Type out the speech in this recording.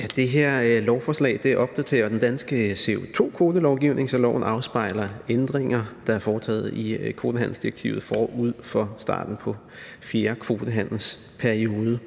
Tak. Det her lovforslag opdaterer jo den danske CO2-kvotelovgivning, så loven afspejler ændringer, der er foretaget i kvotehandelsdirektivet forud for starten på fjerde kvotehandelsperiode.